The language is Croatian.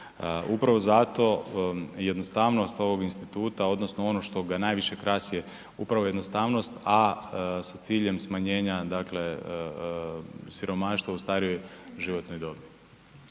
Upravo zato jednostavnost ovog instituta odnosno ono što ga najviše krasi je upravo jednostavnost, a sa ciljem smanjenja dakle siromaštva u starijoj životnoj dobi.